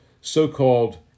so-called